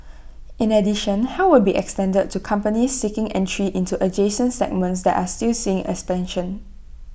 in addition help will be extended to companies seeking entry into adjacent segments that are still seeing expansion